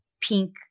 pink